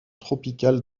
tropicale